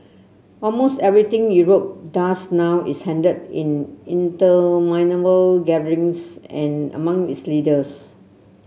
almost anything Europe does now is handled in interminable gatherings and among its leaders